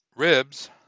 Ribs